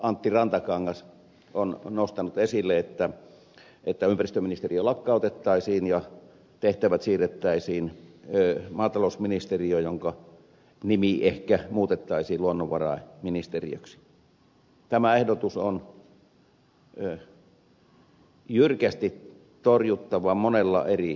antti rantakangas ovat nostaneet esille että ympäristöministeriö lakkautettaisiin ja tehtävät siirrettäisiin maatalousministeriöön jonka nimi ehkä muutettaisiin luonnonvaraministeriöksi tämä ehdotus on jyrkästi torjuttava monella eri perusteella